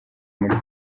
muri